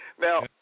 Now